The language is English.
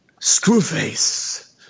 Screwface